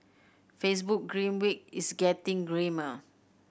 Facebook grim week is getting grimmer